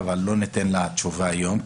לא ניתן לה תשובה היום,